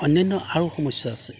অন্যান্য আৰু সমস্যা আছে